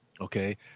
Okay